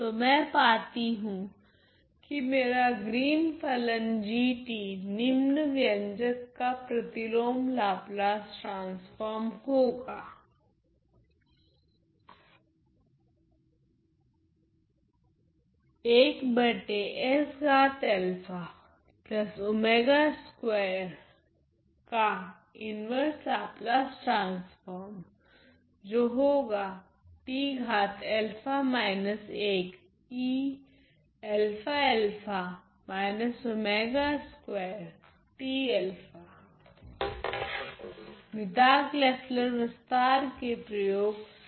तो मैं पाती हूँ कि मेरा ग्रीन फलन G निम्न व्यंजक का प्रतिलोम लाप्लास ट्रांसफोर्म होगा मीताग लेफ्लर विस्तार के प्रयोग से